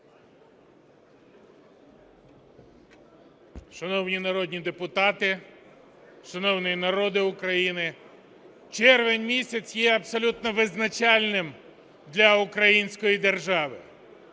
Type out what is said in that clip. Шановні народні депутати! Шановний народе України! Червень місяць є абсолютно визначальним для української держави.